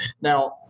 Now